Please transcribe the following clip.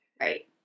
Right